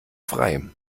frei